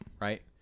Right